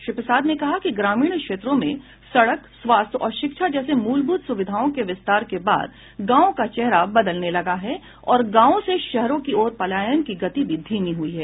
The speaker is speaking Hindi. श्री प्रसाद ने कहा कि ग्रामीण क्षेत्रों में सड़क स्वास्थ्य और शिक्षा जैसी मूलभूत सुविधाओं के विस्तार के बाद गांवों का चेहरा बदलने लगा है और गांवों से शहरों की ओर पलायन की गति भी धीमी हुई है